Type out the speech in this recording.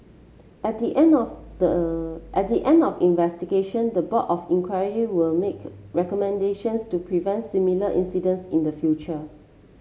at the end of the at the end of investigation the board of inquiry will make recommendations to prevent similar incidents in the future